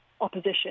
opposition